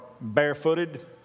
barefooted